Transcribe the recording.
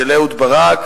של אהוד ברק,